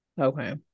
okay